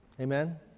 Amen